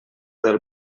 del